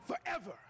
Forever